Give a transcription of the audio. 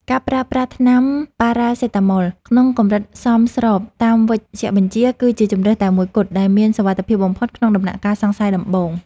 ការប្រើប្រាស់ថ្នាំប៉ារ៉ាសេតាមុល (Paracetamol) ក្នុងកម្រិតសមស្របតាមវេជ្ជបញ្ជា គឺជាជម្រើសតែមួយគត់ដែលមានសុវត្ថិភាពបំផុតក្នុងដំណាក់កាលសង្ស័យដំបូង។